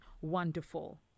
Wonderful